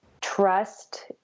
Trust